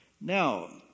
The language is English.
Now